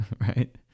right